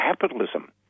capitalism